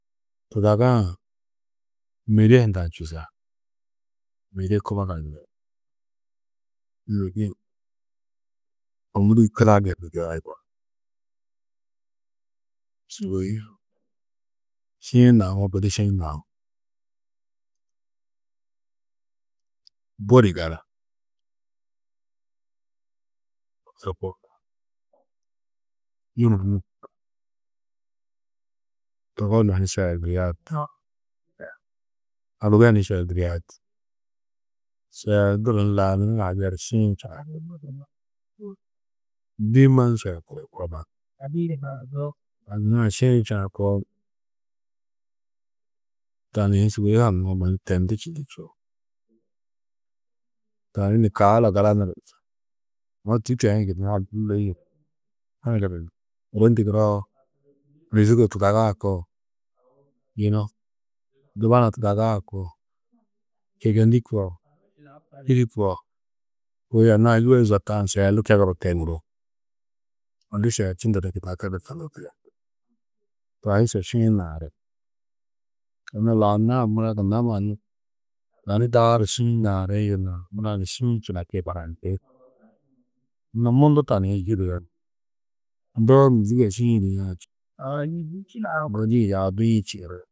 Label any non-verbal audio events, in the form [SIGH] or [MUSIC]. Tudaga-ã mêde hundã čusa. Mêde kubaga ni mêde ômure [UNINTELLIGIBLE] koa sûgoi šiĩ naũwo gudi šiĩ naũú. Budi gala, to koo. [UNINTELLIGIBLE] Togo mannu šeeldiria [UNINTELLIGIBLE] agude ni šeeldiria tîi. Šeelduru laa nur nurã yer šiĩ činai. Dîi man šeeldiri mbo mannu. Anna-ã šiĩ činakoo, tani hi sûgoi haŋũwo man tendu čindi čûo. Tani ni kaala galanur aũ tû teĩ gunna [UNINTELLIGIBLE] [UNINTELLIGIBLE] wô ndigiroo mîzige tudagaa koo, yunu dubana tudagaa koo, čegeni koo, kîdi koo, kôi anna-ã yôi zotã šeelu keguru te nuro, [UNINTELLIGIBLE] šelčindu gunna. [UNINTELLIGIBLE] Tani so šiĩ naari. Anna laa nurã mura gunna mannu tani daaru šiĩ naari nurã mura ni šiĩ činakîe barayindi. Anna mundu tani hi [UNINTELLIGIBLE] ndoo mîzige šiĩ yûduyã [UNINTELLIGIBLE]